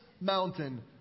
mountain